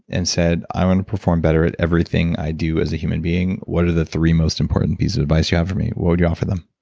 and said, i want to perform better at everything i do as a human being. what are the three most important pieces of advice you have for me? what would you offer them?